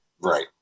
Right